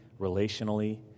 relationally